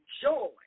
joy